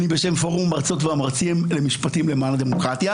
אני בשם פורום המרצות והמרצים למשפטים למען הדמוקרטיה.